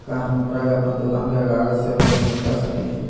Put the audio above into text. का हमरा के अपन दुकान के कागज से लोन मिलता सकली हई?